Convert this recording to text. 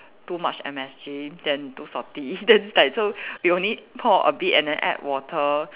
too much M_S_G then too salty then it's like so we only pour a bit and then add water